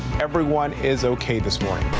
everyone is okay this morning.